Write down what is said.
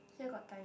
here got time